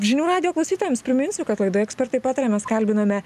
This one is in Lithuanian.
žinių radijo klausytojams priminsiu kad laidoje ekspertai pataria mes kalbinome